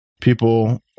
People